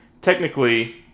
technically